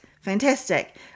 fantastic